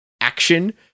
action